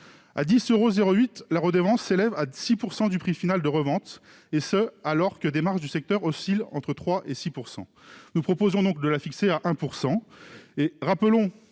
À 10,08 euros, la redevance représente 6 % du prix final de revente, et ce alors que les marges du secteur oscillent entre 3 % et 6 %. Nous proposons donc de la fixer à 1 %.